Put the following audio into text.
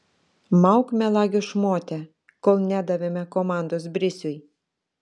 mauk melagio šmote kol nedavėme komandos brisiui